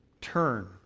Turn